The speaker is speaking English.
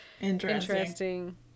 interesting